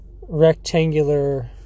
rectangular